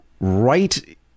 Right